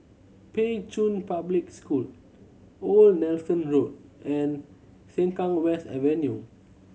Pei Chun Public School Old Nelson Road and Sengkang West Avenue